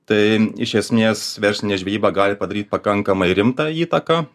tai iš esmės verslinė žvejyba gali padaryt pakankamai rimtą įtaką